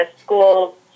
school